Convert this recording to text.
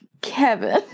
Kevin